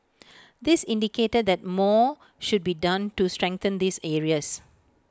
this indicated that more should be done to strengthen these areas